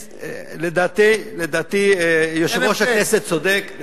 לדעתי יושב-ראש הכנסת צודק, אין הבדל.